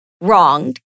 wronged